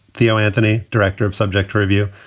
theo anthony, director of subject review,